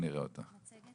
(הצגת